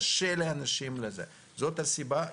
קשה לאנשים --- זאת הסיבה.